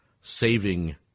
saving